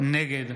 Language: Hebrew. נגד